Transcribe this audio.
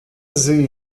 sie